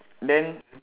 then